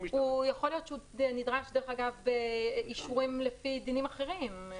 יכול להיות שהוא נדרש לאישורים לפי דינים אחרים.